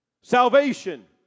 Salvation